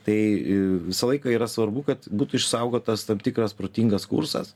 tai visą laiką yra svarbu kad būtų išsaugotas tam tikras protingas kursas